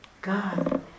God